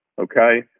Okay